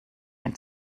ein